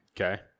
Okay